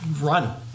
run